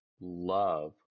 love